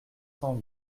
cent